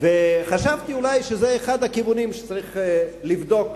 וחשבתי שזה אולי אחד הכיוונים שצריך לבדוק.